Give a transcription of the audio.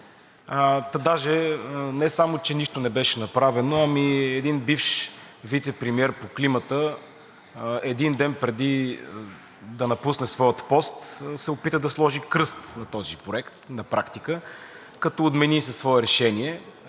даже не само че нищо не беше направено, а един бивш вицепремиер по климата един ден преди да напусне своят пост се опита да сложи кръст на този проект на практика, като отмени със свое решение